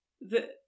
the-